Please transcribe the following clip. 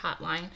Hotline